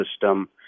system